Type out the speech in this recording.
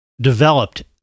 developed